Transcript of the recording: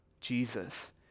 Jesus